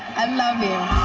um love you.